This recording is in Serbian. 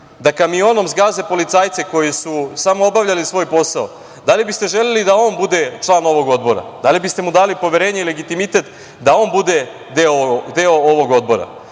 da kamionom zgaze policajce koji su samo obavljali svoj posao, da li biste želeli da on bude član ovog odbora, da li biste mu dali poverenje i legitimitet, da on bude deo ovog odbora,